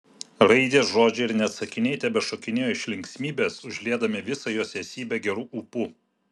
raidės žodžiai ir net sakiniai tebešokinėjo iš linksmybės užliedami visą jos esybę geru ūpu